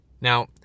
Now